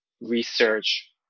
research